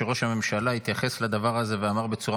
שראש הממשלה התייחס לדבר הזה ואמר בצורה